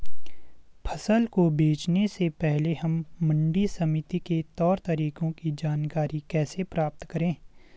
फसल को बेचने से पहले हम मंडी समिति के तौर तरीकों की जानकारी कैसे प्राप्त करें?